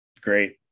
Great